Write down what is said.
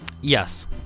yes